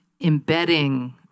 embedding